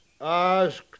asked